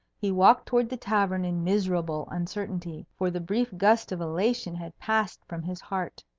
he walked towards the tavern in miserable uncertainty, for the brief gust of elation had passed from his heart.